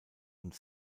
und